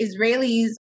Israelis